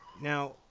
Now